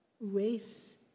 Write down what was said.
race